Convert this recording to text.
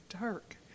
dark